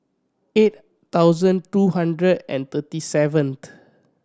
eight thousand two hundred and thirty seventh